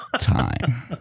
time